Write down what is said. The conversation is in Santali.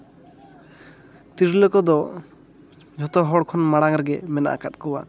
ᱛᱤᱨᱞᱟᱹ ᱠᱚᱫᱚ ᱡᱷᱚᱛᱚ ᱦᱚᱲ ᱠᱷᱚᱱ ᱢᱟᱲᱟᱝ ᱨᱮᱜᱮ ᱢᱮᱱᱟᱜ ᱟᱠᱟᱫ ᱠᱚᱣᱟ